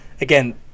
again